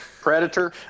Predator